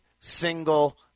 single